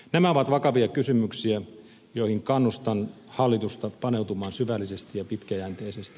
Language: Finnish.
nämä ovat vakavia kysymyksiä joihin kannustan hallitusta paneutumaan syvällisesti ja pitkäjänteisesti